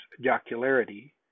jocularity